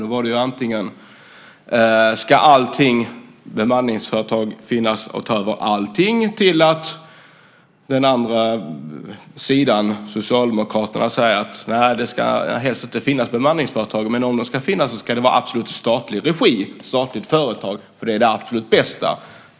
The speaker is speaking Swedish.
Det var att antingen ska bemanningsföretagen ta över allting eller, som Socialdemokraterna å den andra sidan säger, ska det helst inte finnas några bemanningsföretag och ska det finnas ska de absolut vara i statlig regi, statliga företag, för det är det absolut bästa.